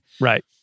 Right